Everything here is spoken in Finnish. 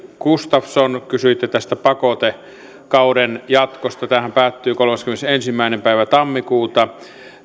gustafsson kysyitte tästä pakotekauden jatkosta tämähän päättyy kolmaskymmenesensimmäinen päivä tammikuuta